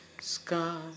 sky